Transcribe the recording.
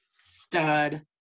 Stud